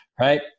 right